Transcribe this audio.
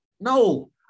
No